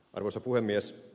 arvoisa puhemies